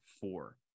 four